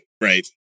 right